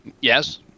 Yes